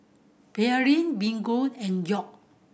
Pearlene Miguel and York